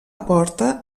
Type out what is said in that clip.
porta